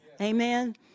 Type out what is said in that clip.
Amen